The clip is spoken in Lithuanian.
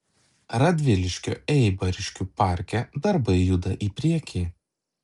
radviliškio eibariškių parke darbai juda į priekį